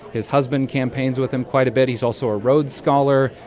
his husband campaigns with him quite a bit. he's also a rhodes scholar.